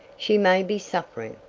she may be suffering!